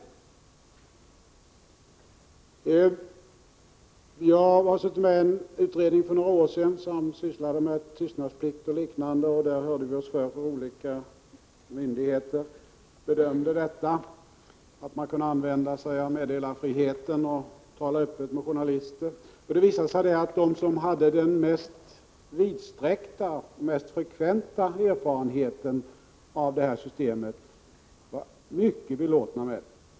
Jag satt för något år sedan med i en utredning som sysslade med tystnadsplikt och liknande. Där hörde vi oss för hur olika myndigheter bedömde detta att man kunde använda sig av meddelarfriheten och tala öppet med journalister. Det visade sig då att de som hade den mest vidsträckta och frekventa erfarenheten av detta system var mycket belåtna med det.